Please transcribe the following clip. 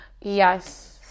Yes